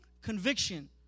Conviction